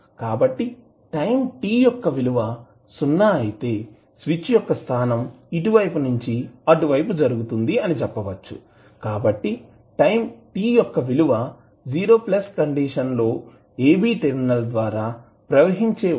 కాబట్టి time t యొక్క విలువ సున్నా అయితే స్విచ్ యొక్క స్థానం ఇటువైపు నుంచి అటువైపు జరుగుతుంది అని చెప్పవచ్చు కాబట్టి టైం t యొక్క విలువ 0 కండిషన్ లో ab టెర్మినల్ ద్వారా ప్రవహించే వోల్టేజ్ విలువ V 0 అవుతుంది